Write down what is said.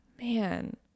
man